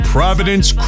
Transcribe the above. Providence